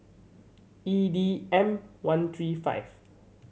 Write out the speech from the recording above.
E D M One three five